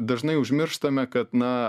dažnai užmirštame kad na